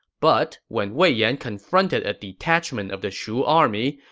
but when wei yan confronted a detachment of the shu army,